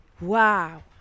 wow